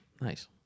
Nice